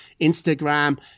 Instagram